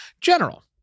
general